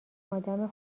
آدم